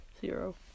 Zero